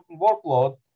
workload